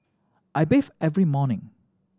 I bathe every morning